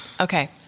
Okay